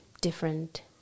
different